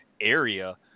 area